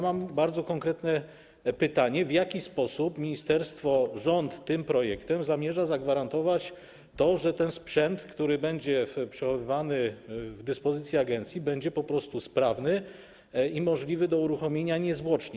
Mam bardzo konkretne pytanie: W jaki sposób ministerstwo, rząd tym projektem zamierza zagwarantować to, że ten sprzęt, który będzie przechowywany w dyspozycji agencji, będzie sprawny i możliwy do uruchomienia niezwłocznie?